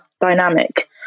dynamic